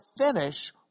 finish